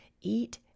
Eat